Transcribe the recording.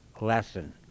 lesson